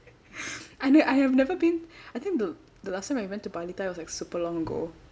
I know I have never been I think the the last time I went to bali thai was like super long ago